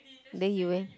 then he we~